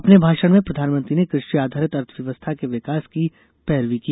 अपने भाषण में प्रधानमंत्री ने कृषि आधरित अर्थव्यवस्था के विकास की पैरवी की